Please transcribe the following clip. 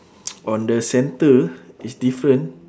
on the center it's different